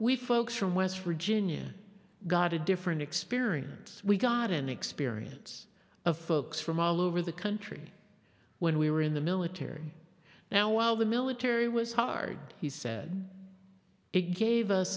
we folks from west virginia got a different experience we got an experience of folks from all over the country when we were in the military now while the military was hard he said it gave us